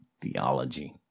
theology